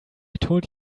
told